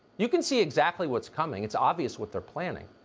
you can see exactly what's coming, it's obvious what they are planning.